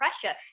pressure